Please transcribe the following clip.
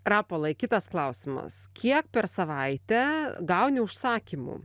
rapolai kitas klausimas kiek per savaitę gauni užsakymų